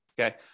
Okay